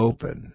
Open